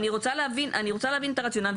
ואני רוצה להבין, אני רוצה להבין את הרציונל.